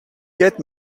get